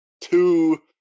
two